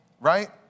right